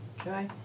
Okay